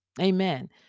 Amen